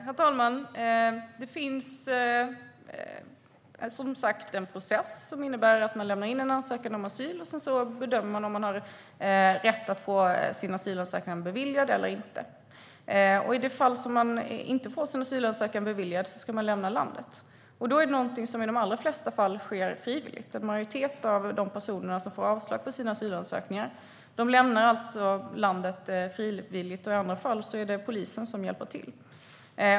Herr talman! Det finns, som sagt, en process. Den innebär att man lämnar in en ansökan om asyl. Sedan bedöms det om man har rätt att få sin asylansökan beviljad eller inte. I det fall som man inte får sin asylansökan beviljad ska man lämna landet. Det är någonting som i de allra flesta fall sker frivilligt. En majoritet av de personer som får avslag på sina asylansökningar lämnar alltså landet frivilligt. I andra fall är det polisen som hjälper till.